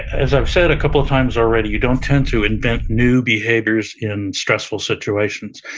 as i've said a couple of times already, you don't tend to invent new behaviors in stressful situations.